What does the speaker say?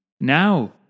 Now